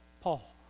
Paul